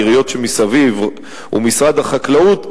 עיריות שמסביב ומשרד החקלאות,